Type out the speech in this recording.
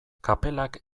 kapelak